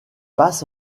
passe